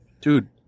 Dude